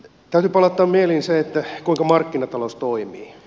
täytyy palauttaa mieliin se kuinka markkinatalous toimii